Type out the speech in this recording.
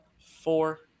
four